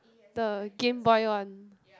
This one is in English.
the GameBoy one